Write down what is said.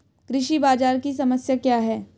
कृषि बाजार की समस्या क्या है?